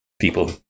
people